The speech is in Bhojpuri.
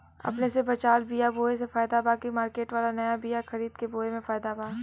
अपने से बचवाल बीया बोये मे फायदा बा की मार्केट वाला नया बीया खरीद के बोये मे फायदा बा?